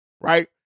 right